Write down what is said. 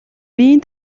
биеийн